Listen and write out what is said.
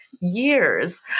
years